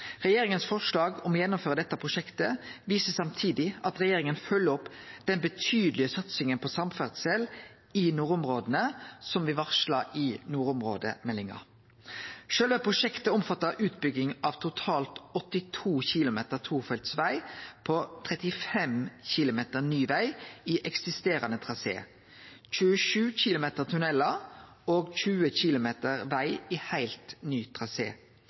Regjeringas forslag om å gjennomføre dette prosjektet viser samtidig at regjeringa følgjer opp den betydelege satsinga på samferdsel i nordområda som me varsla i nordområdemeldinga. Sjølve prosjektet omfattar utbygging av totalt 82 km tofeltsveg på 35 km ny veg i eksisterande trasé, 27 km tunellar og 20 km veg i heilt ny